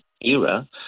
era